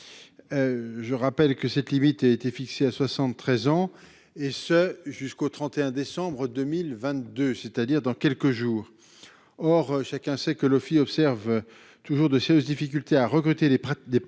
Je rappelle que cette limite a été fixée à 73 ans et ce jusqu'au 31 décembre 2022, c'est-à-dire dans quelques jours. Or chacun sait que le observe. Toujours de sérieuses difficultés à recruter des, des